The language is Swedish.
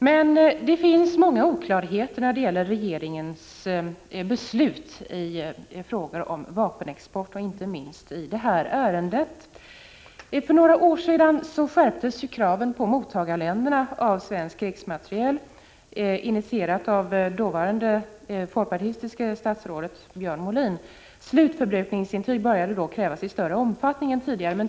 Men det finns många oklarheter när det gäller regeringens beslut i frågor om vapenexport och inte minst i detta ärende. För några år sedan skärptes kraven på mottagarländer för svensk krigsmateriel. Detta initierades av dåvarande folkpartistiska statsrådet Björn Molin. Slutförbrukningsintyg började då krävas i större omfattning än tidigare.